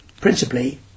principally